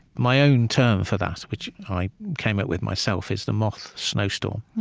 my own term for that, which i came up with myself, is the moth snowstorm,